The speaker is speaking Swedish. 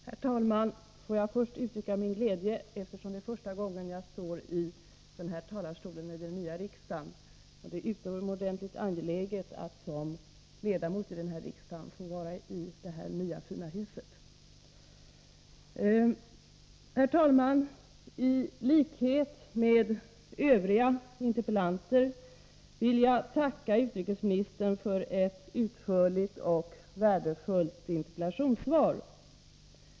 Herr talman! Eftersom det är första gången som jag står i den här talarstolen i det nya riksdagshuset vill jag nu först uttrycka min glädje över att som ledamot av riksdagen få vara i detta nya, fina hus. Herr talman! I likhet med övriga interpellanter vill jag tacka utrikesministern för ett utförligt och värdefullt interpellationssvar.